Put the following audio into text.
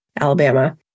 Alabama